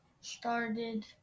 started